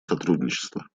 сотрудничества